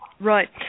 Right